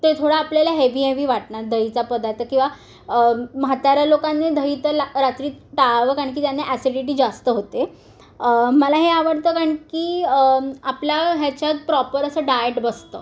ते ते थोडा आपल्याला हेवी हेव्ही वाटणार दहीचा पदार्थ किंवा म्हाताऱ्या लोकांनी दही तर ला रात्री टाळावं कारण की त्यांनी ॲसिडिटी जास्त होते मला हे आवडतं कारण की आपल्या ह्याच्यात प्रॉपर असं डाएट बसतं